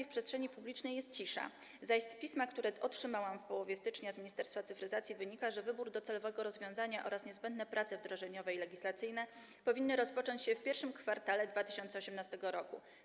W przestrzeni publicznej jest cisza na temat aplikacji, zaś z pisma, które otrzymałam w połowie stycznia z Ministerstwa Cyfryzacji, wynika, że wybór docelowego rozwiązania oraz niezbędne prace wdrożeniowe i legislacyjne powinny rozpocząć się w I kwartale 2018 r.